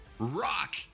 Rock